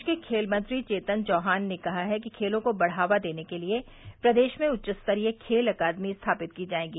प्रदेश के खेल मंत्री चेतन चौहान ने कहा है कि खेलों को बढ़ावा देने के लिए प्रदेश में उच्च स्तरीय खेल अकादमी स्थापित की जायेंगी